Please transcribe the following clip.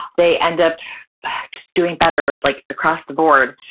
they end up just doing better like across the board.